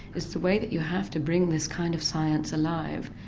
is the way that you have to bring this kind of science alive.